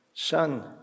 Son